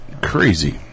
crazy